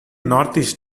northeast